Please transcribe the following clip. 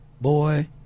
Boy